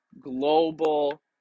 global